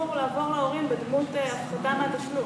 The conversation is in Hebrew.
והסבסוד אמור לעבור להורים, בדמות הפחתה בתשלום,